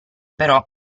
però